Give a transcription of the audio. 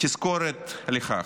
תזכורת לכך.